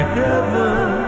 heaven